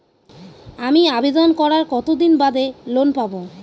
আমি আবেদন করার কতদিন বাদে লোন পাব?